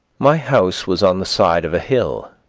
my house was on the side of a hill,